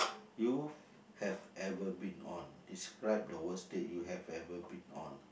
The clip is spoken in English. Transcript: you have ever been on describe the worst date you have ever been on